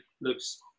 looks